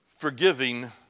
forgiving